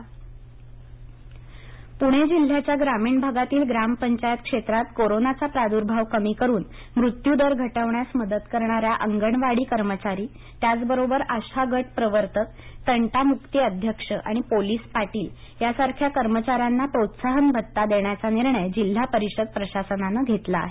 प्रोत्साहन भत्ता पूणे जिल्ह्याच्या ग्रामीण भागातील ग्रामपंचायत क्षेत्रात कोरोनाचा प्रादुर्भाव कमी करून मृत्यू दर घटवण्यास मदत करणाऱ्या अंगणवाडी कर्मचारी त्याचबरोबर आशा गट प्रवर्तक तंटा मुक्ती अध्यक्ष आणि पोलीस पाटील यासारख्या कर्मचाऱ्यांना प्रोत्साहन भत्ता देण्याचा निर्णय जिल्हा परिषद प्रशासनानं घेतला आहे